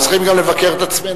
אנחנו צריכים לבקר גם את עצמנו.